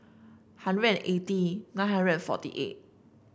hundred and eighty nine hundred and forty eight